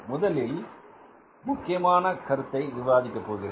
மேலும் ஒரு முக்கியமான கருத்தை விவாதிக்க போகிறேன்